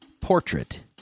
Portrait